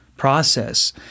process